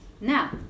Now